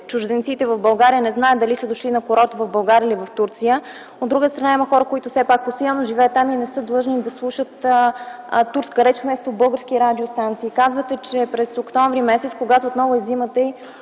чужденците в България не знаят дали са дошли на курорт в България или в Турция, а от друга страна има хора, които постоянно живеят там и не са длъжни да слушат турска реч вместо български радиостанции. Казвате, че през м. октомври, когато отново е зимата,